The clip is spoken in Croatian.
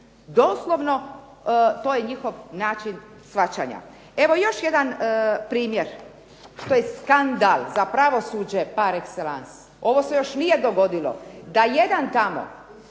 doslovno to je njihov način shvaćanja. Evo još jedan primjer, to je skandal, za pravosuđe par exellance, ovo se još nije dogodilo